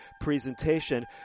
presentation